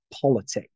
politics